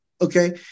okay